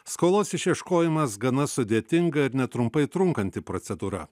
skolos išieškojimas gana sudėtinga ir netrumpai trunkanti procedūra